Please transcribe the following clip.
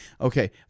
Okay